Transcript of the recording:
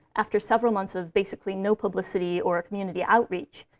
after several months of basically no publicity or community outreach,